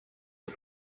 the